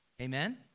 Amen